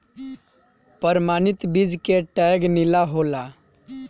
प्रमाणित बीज के टैग नीला होला